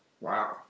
Wow